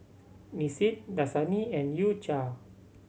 Nissin Dasani and U Cha